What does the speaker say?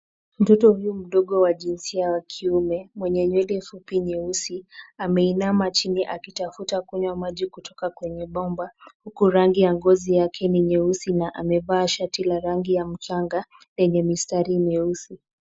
Mtoto huyu mdogo wa jinsia ya kiume, mwenye nywele fupi nyeusi, ameinama chini akitafuta kunywa maji kutoka kwenye bomba, huku rangi ya ngozi yake ni nyeusi na amevaa shati la rangi ya mchanga lenye mistari meusi.